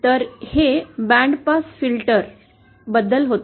तर हे band pass filter बद्दल होते